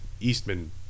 Eastman